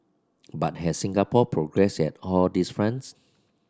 but has Singapore progressed at all these fronts